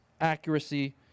accuracy